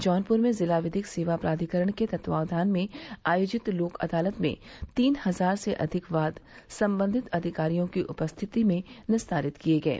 जौनपुर में जिला विधिक सेवा प्राधिकरण के तत्वाधान में आयोजित लोक अदालत में तीन हजार से अधिक वाद संबंधित अधिकारियों की उपस्थिति में निस्तारित किये गये